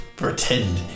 pretend